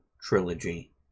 trilogy